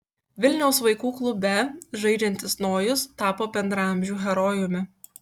vilniaus vaikų klube žaidžiantis nojus tapo bendraamžių herojumi